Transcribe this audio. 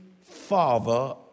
father